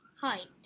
Height